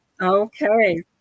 Okay